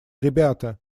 ребята